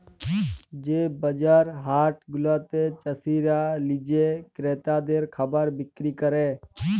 যে বাজার হাট গুলাতে চাসিরা লিজে ক্রেতাদের খাবার বিক্রি ক্যরে